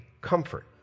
comfort